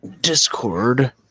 Discord